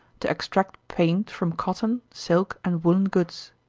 to extract paint from cotton, silk, and woollen goods.